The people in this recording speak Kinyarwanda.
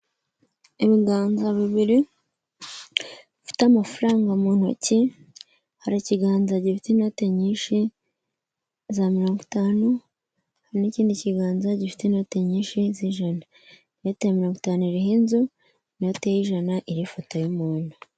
Ibiganga bibiri bifite amafaranga mu ntoki, hari ikiganza gifite inote nyinshi za mirongo itanu, hari n'ikindi kiganza gifite inoti nyinshi z'ijana inote ya mirongo itanu iriho inzu inote y'ijana iriho ifoto y'umuntu.